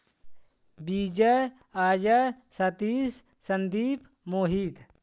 Vijay Ajay Satish Sandeep Mohit